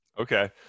Okay